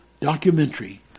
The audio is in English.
documentary